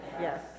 Yes